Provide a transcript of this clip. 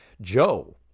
Joe